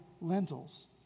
lentils